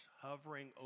hovering